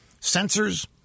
Sensors